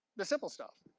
the simple stuff.